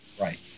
Right